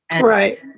Right